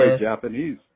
Japanese